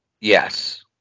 yes